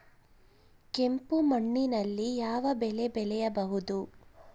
ಕೆಂಪು ಮಣ್ಣಿನಲ್ಲಿ ಯಾವ ಬೆಳೆ ಬೆಳೆಯಬಹುದು?